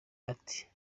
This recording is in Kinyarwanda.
ati